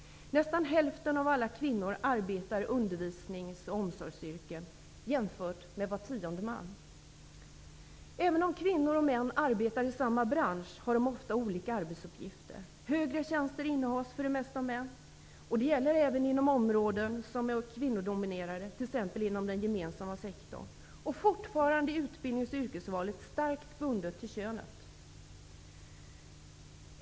Nästan hälften av alla kvinnor arbetar i undervisnings och omsorgsyrken, men bara var tionde man. Även om kvinnor och män arbetar i samma bransch, har de ofta olika arbetsuppgifter. Högre tjänster innehas för det mesta av män. Och detta gäller även inom områden som är kvinnodominerade, t.ex. inom den gemensamma sektorn. Fortfarande är utbildningsoch yrkesvalet starkt bundet till könet.